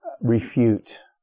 refute